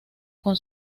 con